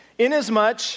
Inasmuch